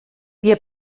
wir